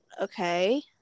Okay